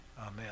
Amen